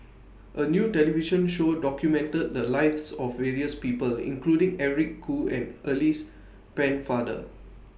A New television Show documented The Lives of various People including Eric Khoo and Alice Pennefather